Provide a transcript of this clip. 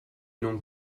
non